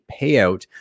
payout